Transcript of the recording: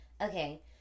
okay